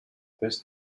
this